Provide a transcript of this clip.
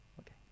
Okay